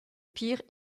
pires